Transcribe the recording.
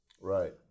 Right